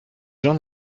gens